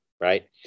right